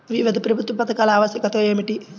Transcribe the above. వివిధ ప్రభుత్వా పథకాల ఆవశ్యకత ఏమిటి?